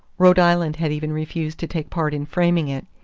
rhode island had even refused to take part in framing it,